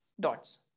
dots